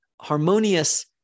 harmonious